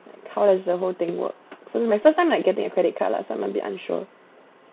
like how does the whole thing work my first time I'm getting a credit card lah so I'm a bit unsure